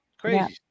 Crazy